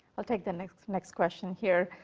i'll take the next next question here.